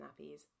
nappies